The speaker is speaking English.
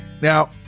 Now